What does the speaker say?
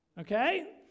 Okay